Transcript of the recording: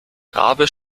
rabe